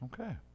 Okay